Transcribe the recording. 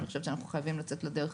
אני חושבת שאנחנו חייבים לצאת לדרך,